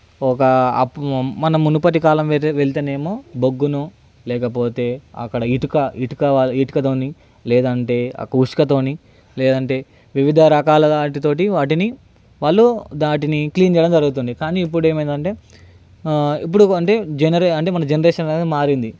ఒక మన మునుపటి కాలం వె వెళ్తేనేమో బొగ్గును లేకపోతే అక్కడ ఇటుక ఇటుక ఇటుకతోని లేదంటే ఆ ఇసుకతోని లేదంటే వివిధ రకాల వాటితోటి వాటిని వాళ్ళు దాటిని క్లిన్ చేయడం జరుగుతుంది కానీ ఇప్పుడు ఏమైంది అంటే ఇప్పుడు అంటే జనరే మన జనరేషన్ అనేది మారింది